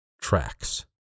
tracks